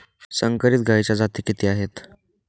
संकरित गायीच्या जाती किती आहेत?